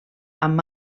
amb